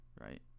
Right